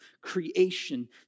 creation